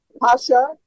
Pasha